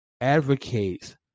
advocates